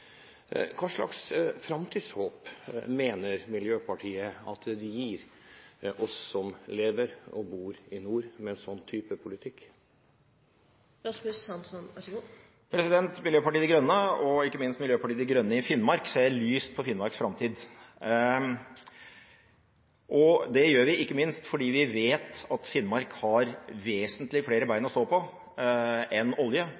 Hva slags framtidshåp mener Miljøpartiet at de gir oss som lever og bor i nord, med en sånn type politikk? Miljøpartiet De Grønne, og ikke minst Miljøpartiet De Grønne i Finnmark, ser lyst på Finnmarks framtid. Det gjør vi ikke minst fordi vi vet at Finnmark har vesentlig flere bein å stå på enn olje og bør snarest skaffe seg flere bein å stå på enn olje,